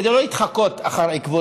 כדי לא להתחקות אחר עקבותיהם,